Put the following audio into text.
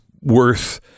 worth